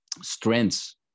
strengths